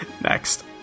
Next